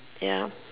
yup